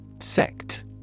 Sect